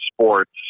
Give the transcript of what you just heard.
sports